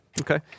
Okay